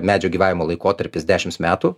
medžių gyvavimo laikotarpis dešimt metų